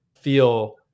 feel